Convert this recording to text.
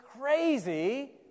crazy